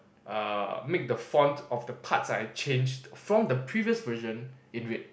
ah make the font of the parts I changed from the previous version in red